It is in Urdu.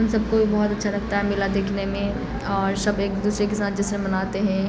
ان سب کو بھی بہت اچھا لگتا ہے میلا دیکھنے میں اور سب ایک دوسرے کے ساتھ جشن مناتے ہیں